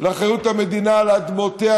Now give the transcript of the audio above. לאחריות המדינה על אדמותיה,